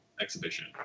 exhibition